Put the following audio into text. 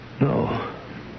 No